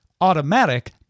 Automatic